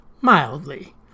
Mildly